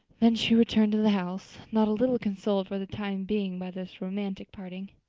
then she returned to the house, not a little consoled for the time being by this romantic parting.